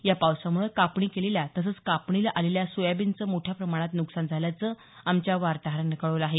या पावसामुळे कापणी केलेल्या तसंच कापणीला आलेल्या सोयाबीनचं मोठ्या प्रमाणात न्कसान झाल्याचं आमच्या वार्ताहरानं कळवलं आहे